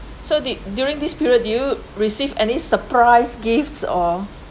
so did during this period did you receive any surprise gift or